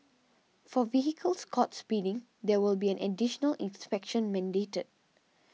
for vehicles caught speeding there will be additional inspections mandated